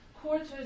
quarters